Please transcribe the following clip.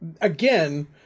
again